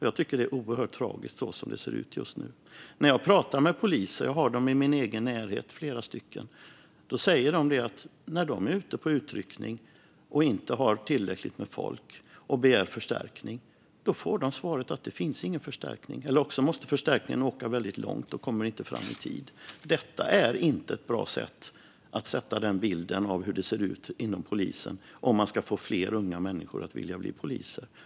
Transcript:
Jag tycker att det är oerhört tragiskt så som det ser ut just nu. När jag pratar med poliser - jag har flera i min närhet - säger de att de, när de är på utryckning och inte har tillräckligt med folk och begär förstärkning, får svaret att det inte finns någon förstärkning eller så måste förstärkningen åka väldigt långt och kommer inte fram i tid. Detta är inte en bra bild av hur det ser ut inom polisen om man ska få fler unga människor att vilja bli poliser.